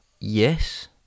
yes